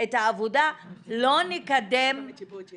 את העבודה לא נקדם -- המסקנות הסופיות יוגשו בחודש הבא.